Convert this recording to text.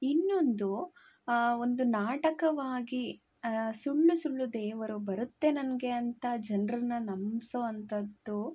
ಇನ್ನೊಂದು ಒಂದು ನಾಟಕವಾಗಿ ಸುಳ್ಳು ಸುಳ್ಳು ದೇವರು ಬರುತ್ತೆ ನನಗೆ ಅಂತ ಜನರನ್ನು ನಂಬಿಸೋ ಅಂಥದ್ದು